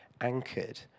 anchored